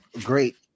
great